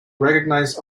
recognize